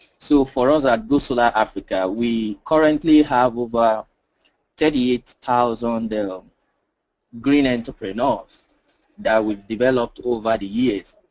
so for us at gosolar africa we currently have over thirty eight thousand and um green entrepreneurs that we've developed over the years.